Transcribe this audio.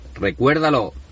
recuérdalo